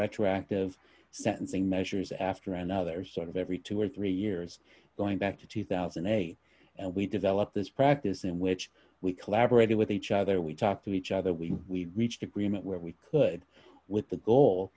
retroactive sentencing measures after another sort of every two or three years going back to two thousand and eight and we developed this practice in which we collaborated with each other we talked to each other we reached agreement where we could with the goal